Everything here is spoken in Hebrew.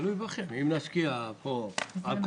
התשפ"א-2021.